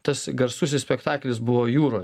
tas garsusis spektaklis buvo jūroj